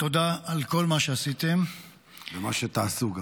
תודה על כל מה שעשיתם -- ומה שגם תעשו.